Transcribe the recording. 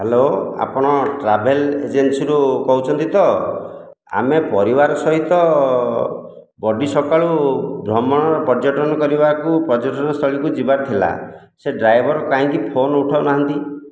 hello ଆପଣ travel ଏଜେନ୍ସିରୁ କହୁଛନ୍ତିତ ଆମେ ପରିବାର ସହିତ ବଡି ସକାଳୁ ଭ୍ରମଣ ପର୍ଯ୍ୟଟନ କରିବାକୁ ପର୍ଯ୍ୟଟନସ୍ଥଳୀକୁ ଯିବାର ଥିଲା ସେ ଡ୍ରାଇଭର କାହିଁକି ଫୋନ ଉଠଉ ନାହାନ୍ତି